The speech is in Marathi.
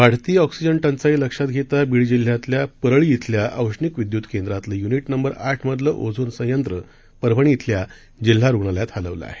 वाढती ऑक्सिजन टंचाई लक्षात घेता बीड जिल्ह्यातल्या परळी इथल्या औष्णिक विद्यूत केंद्रातलं यूनिट नंबर आठमधलं ओझोन संयंत्र परभणी इथल्या जिल्हा रूग्णालयात हलवलं आहे